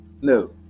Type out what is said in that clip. No